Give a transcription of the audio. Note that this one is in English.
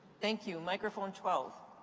thank you. microphone twelve.